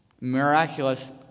miraculous